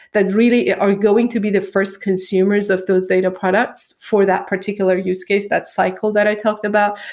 that really are going to be the first consumers of those data products for that particular use case, that cycle that i talked about,